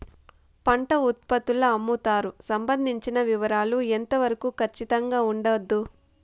పంట ఉత్పత్తుల అమ్ముతారు సంబంధించిన వివరాలు ఎంత వరకు ఖచ్చితంగా ఉండదు?